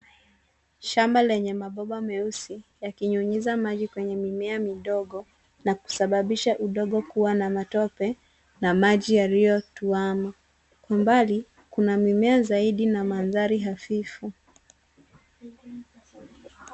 Shamba lenye mabomba meusi yakinyunyiza maji kwenye mimea midogo na kusababisha udongo kuwa na matope na maji yaliyotuama. Kwa mbali kuna mimea zaidi na mandhari hafifu.